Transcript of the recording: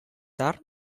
tard